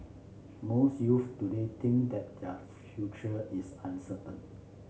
most youths today think that their future is uncertain